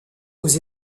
aux